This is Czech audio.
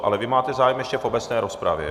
Ale vy máte zájem ještě v obecné rozpravě?